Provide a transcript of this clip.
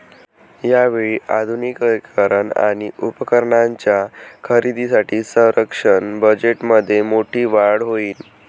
यावेळी आधुनिकीकरण आणि उपकरणांच्या खरेदीसाठी संरक्षण बजेटमध्ये मोठी वाढ होईल